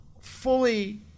fully